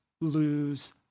lose